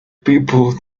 people